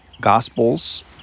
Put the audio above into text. Gospels